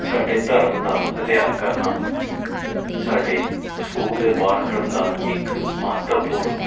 ਸਾਡੇ ਧਰਮ ਦਾ ਅਧਿਐਨ ਕਰਨਾ ਸਾਡੇ ਸਕੂਲ ਦੇ ਪਾਠਕ੍ਰਮ ਦਾ ਇੱਕ ਮਹੱਤਵਪੂਰਨ